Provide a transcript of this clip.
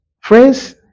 phrase